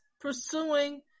pursuing